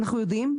אנחנו יודעים,